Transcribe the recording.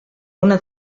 una